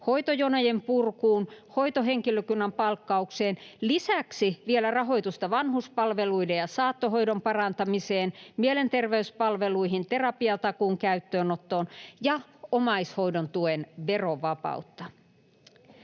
hoitojonojen purkuun ja hoitohenkilökunnan palkkaukseen, lisäksi vielä rahoitusta vanhuspalveluiden ja saattohoidon parantamiseen, mielenterveyspalveluihin ja terapiatakuun käyttöönottoon sekä omaishoidon tuen verovapautta.